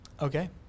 Okay